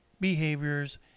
behaviors